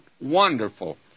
wonderful